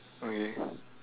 okay